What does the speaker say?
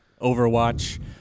Overwatch